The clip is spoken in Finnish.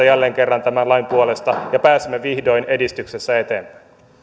jälleen kerran tämän lain puolesta ja pääsemme vihdoin edistyksessä eteenpäin